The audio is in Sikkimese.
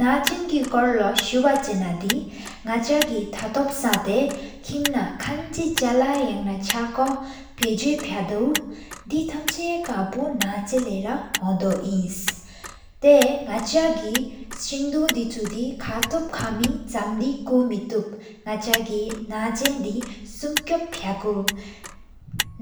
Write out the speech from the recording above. ན་ཆེན་གི་སྐོར་ལོ་སུ་བ་ཆེ་ན་ད་ནག་ཆ་གི། ཐ་ཐོཔ་སངས་ཏ་ཀིམ་ན་ཁན་འཆི་ཆ་ལ་ཡ་ན ཆ་ཀུ་ཕི་ཟེ་ཕ་དབ་དེ་ཐམ་ཆ་ཀ་པོ ན་ཆེན་ལས་ར་ཧོམ་དོ་ནིན་ཏེ། ནག་ཆ་གི་གསུང་དུ་དི་ཆུ་དི་དམཁའ་ཐུབ་ཁ་མི། ཟམ་དེ་གི་ཀུ་སྨྲེད་སྟར་ནག་ཆ་གི། ན་ཅ་ད་སུ་ཅུག་ཕ་གུ་ན་ཧེན་ལས།